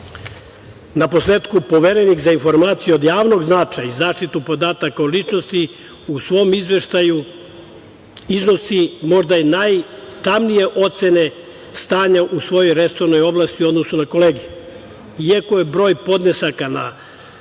dobu. Naposletku, Poverenik za informacije od javnog značaja i zaštitu podataka o ličnosti u svom Izveštaju iznosi možda i najtamnije ocene stanja u svojoj resornoj oblasti u odnosu na kolege. Iako je broj podnesaka ka